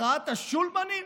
מחאת השולמנים?